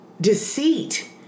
deceit